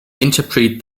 interpret